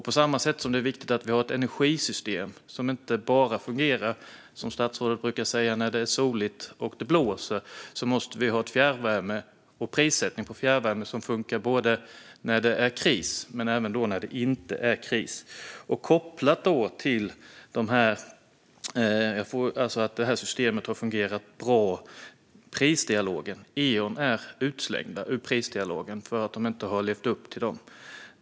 På samma sätt som det är viktigt att vi har ett energisystem som inte bara fungerar när det är soligt och blåser, som statsrådet brukar säga, måste vi ha fjärrvärme och prissättning på den som funkar både när det är kris och när det inte är kris. Systemet med Prisdialogen har fungerat bra, men Eon är utslängda ur Prisdialogen för att de inte har levt upp till kraven.